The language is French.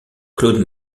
claude